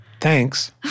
thanks